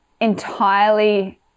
entirely